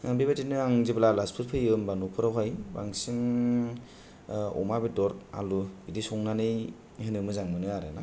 बेबायदिनो आं जेब्ला आलासिफोर फैयो होनबा नखरआव हाय बांसिन अमा बेदर आलु बिदि संनानै होनो मोजां मोनो आरोना